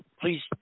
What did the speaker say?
please